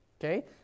Okay